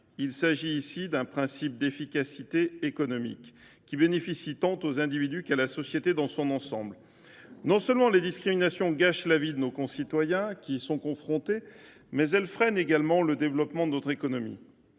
il y va d’un principe d’efficacité économique, qui profite tant aux individus qu’à la société dans son ensemble. Non seulement les discriminations gâchent la vie de ceux de nos concitoyens qui y sont confrontés, mais elles freinent également le développement de notre économie.